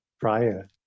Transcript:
prior